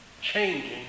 changing